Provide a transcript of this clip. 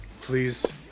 Please